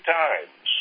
times